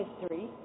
history